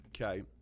okay